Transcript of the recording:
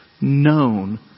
known